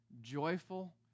joyful